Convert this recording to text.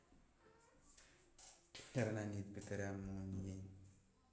Teara nid tea teara moni.